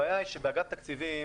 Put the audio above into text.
הבעיה היא שבאגף תקציבים